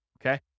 Okay